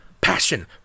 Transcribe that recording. Passion